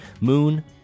Moon